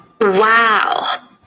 Wow